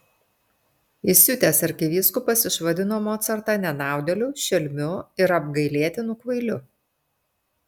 įsiutęs arkivyskupas išvadino mocartą nenaudėliu šelmiu ir apgailėtinu kvailiu